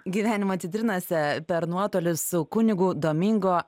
gyvenimo citrinose per nuotolį su kunigu domingo